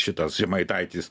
šitas žemaitaitis